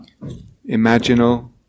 imaginal